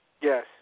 yes